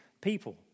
people